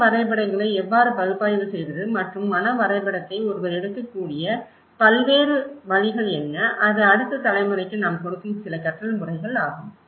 மன வரைபடங்களை எவ்வாறு பகுப்பாய்வு செய்வது மற்றும் மன வரைபடத்தை ஒருவர் எடுக்கக்கூடிய பல்வேறு வழிகள் என்ன இது அடுத்த தலைமுறைக்கு நாம் கொடுக்கும் சில கற்றல் முறைகள் ஆகும்